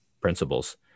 principles